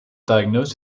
diagnosed